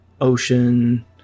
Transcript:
ocean